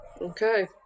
okay